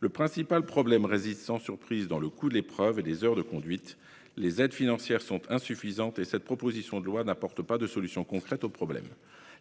Le principal problème réside, sans surprise, dans le coût de l'épreuve et des heures de conduite. Les aides financières sont insuffisantes et cette proposition de loi n'y apporte pas de solutions concrètes.